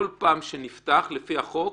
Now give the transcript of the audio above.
בכל פעם שיש פתיחה, לפי החוק,